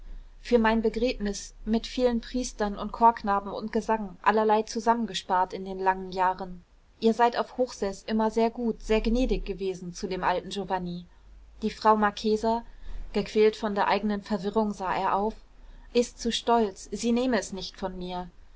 für mein begräbnis mit vielen priestern und chorknaben und gesang allerlei zusammengespart in den langen jahren ihr seid auf hochseß immer sehr gut sehr gnädig gewesen zu dem alten giovanni die frau marchesa gequält von der eigenen verwirrung sah er auf ist zu stolz sie nähme es nicht von mir